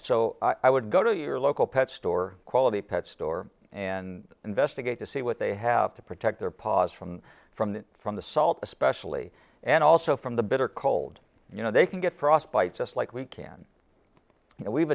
so i would go to your local pet store quality pet store and investigate to see what they have to protect their paws from from the from the salt especially and also from the bitter cold you know they can get frostbite just like we can you know we've